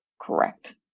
Correct